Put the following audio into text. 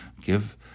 give